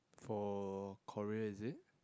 for Korea is it